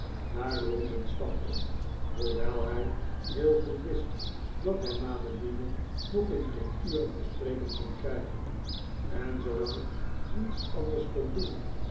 naar londen stapte hoewel hij heel goed wist dat hij madeline nog in geen uren te spreken kon krijgen en zoolang niets anders kon doen